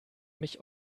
mich